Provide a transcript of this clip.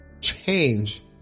Change